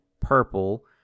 purple